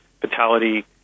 fatality